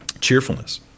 Cheerfulness